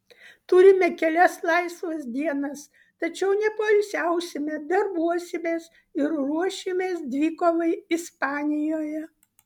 turime kelias laisvas dienas tačiau nepoilsiausime darbuosimės ir ruošimės dvikovai ispanijoje